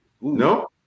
No